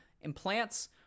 implants